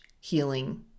healing